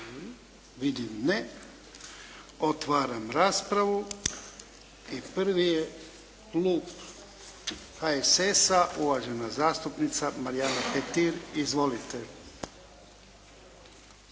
Vidim ne. Otvaram raspravu. Prvi je klub HSS-a, uvažena zastupnica Marijana Petir. Izvolite.